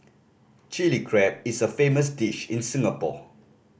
Chilli Crab is a famous dish in Singapore